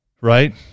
right